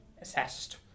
assessed